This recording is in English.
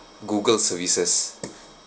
google services